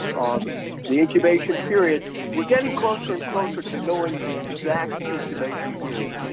um the incubation period. we're getting closer and closer to knowing the exact incubation period.